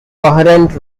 coherent